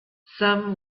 some